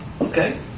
Okay